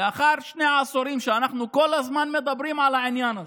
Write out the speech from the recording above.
לאחר שני עשורים שאנחנו כל הזמן מדברים על העניין הזה,